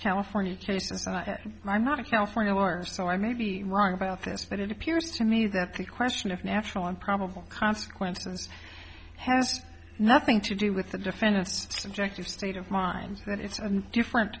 california i'm not a california or so i may be wrong about this but it appears to me that the question of natural and probable consequences has nothing to do with the defendant's subjective state of mind that it's a different